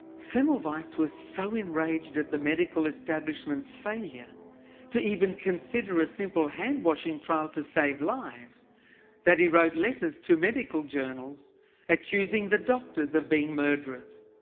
semmelweis was so enraged at the medical establishment's failure to even consider a simple hand washing trial to save lives that he wrote letters to medical journals accusing the doctors of being murderers.